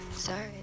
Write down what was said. sorry